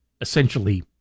essentially